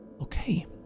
Okay